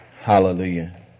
Hallelujah